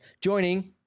Joining